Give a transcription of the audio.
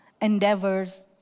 endeavors